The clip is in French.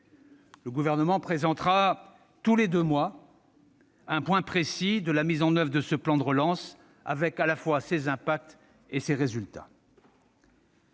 Le Gouvernement présentera, tous les deux mois, un point précis sur la mise en oeuvre de ce plan de relance, sur ses impacts et ses résultats.